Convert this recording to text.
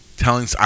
Telling